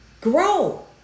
grow